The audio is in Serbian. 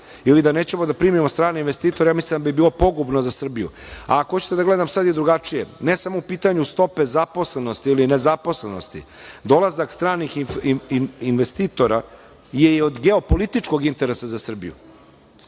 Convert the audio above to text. ili da nećemo da primimo strane investitore, ja mislim da bi bilo pogubno za Srbiju. Ako hoćete da gledam sada i drugačije, ne samo u pitanju stope zaposlenosti ili nezaposlenosti, dolazak stranih investitora je i od geopolitičkog interesa za Srbiju,